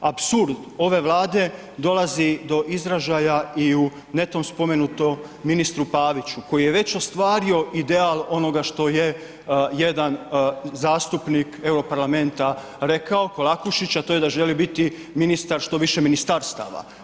Apsurd ove Vlade dolazi do izražaja i u netom spomenuto ministru Paviću koji je već ostvario ideal onoga što je jedan zastupnik europarlamenta rekao Kolakušić, a to je da želi biti ministar što više ministarstava.